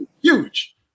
huge